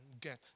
get